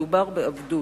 מדובר בעבדות.